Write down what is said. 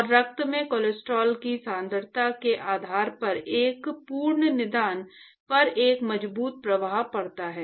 और रक्त में कोलेस्ट्रॉल की सांद्रता के आधार पर एक पूर्ण निदान पर एक मजबूत प्रभाव पड़ता है